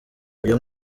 uyu